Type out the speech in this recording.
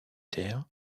terres